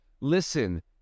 listen